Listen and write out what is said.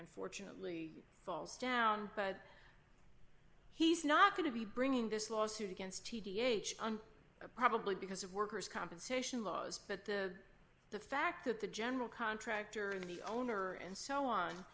unfortunately falls down but he's not going to be bringing this lawsuit against t v h n a probably because of workers compensation laws but the fact that the general contractor and the owner and so on